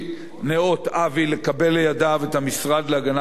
ניאות אבי לקבל לידיו את המשרד להגנת העורף.